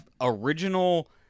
original